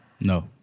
No